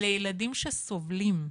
אלה ילדים שסובלים,